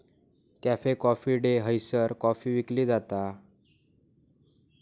cafe Coffee Day हयसर coffee विकली जाता